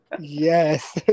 yes